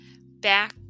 back